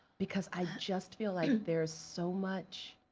because i just feel like there's so much